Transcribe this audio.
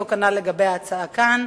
אותו כנ"ל לגבי ההצעה כאן.